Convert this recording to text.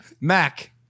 Mac